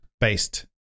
based